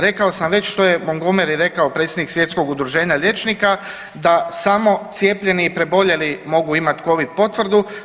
Rekao sam već što je Montgomery rekao, predsjednik svjetskog udruženja liječnika da samo cijepljeni i preboljeli mogu imat covid potvrdu.